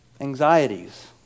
anxieties